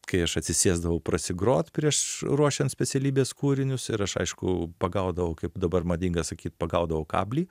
kai aš atsisėsdavau prasigrot prieš ruošian specialybės kūrinius ir aš aišku pagaudavau kaip dabar madinga sakyt pagaudavau kablį